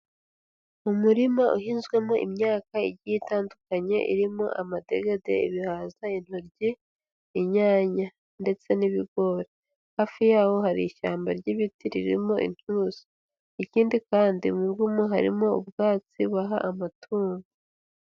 Umurima uhinzwemo imyaka igiye itandukanye irimo amadegede, ibihaza, intoryi, inyanya ndetse n'ibigori, hafi yaho hari ishyamba ry'ibiti ririmo inturusi, ikindi kandi umu ngumo harimo ubwatsi baha amatungo.